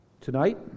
Tonight